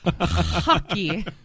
Hockey